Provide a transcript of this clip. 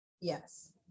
Yes